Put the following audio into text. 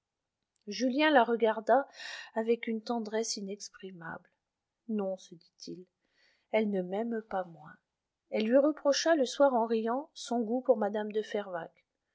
julien la regarda avec une tendresse inexprimable non se dit-il elle ne m'aime pas moins elle lui reprocha le soir en riant son goût pour mme de fervaques